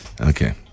Okay